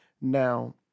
now